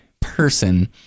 person